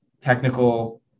technical